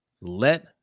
let